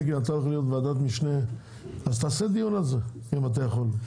אלקין אתה הולך להיות ועדת משנה אז תעשה דיון על זה אם אתה יכול,